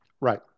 Right